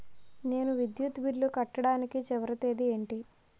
నేను విద్యుత్ బిల్లు కట్టడానికి చివరి తేదీ ఏంటి?